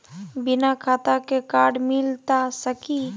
बिना खाता के कार्ड मिलता सकी?